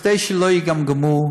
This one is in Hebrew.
כדי שלא יגמגמו,